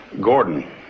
Gordon